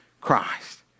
Christ